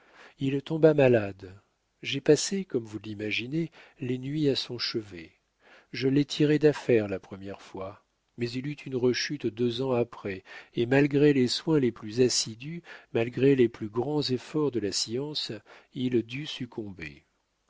il tomba malade j'ai passé comme vous l'imaginez les nuits à son chevet je l'ai tiré d'affaire la première fois mais il eut une rechute deux ans après et malgré les soins les plus assidus malgré les plus grands efforts de la science il dut succomber